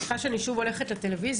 סליחה שאני שוב הולכת לטלוויזיה,